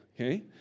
okay